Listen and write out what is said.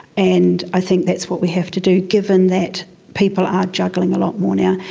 and i think that's what we have to do, given that people are juggling a lot more now,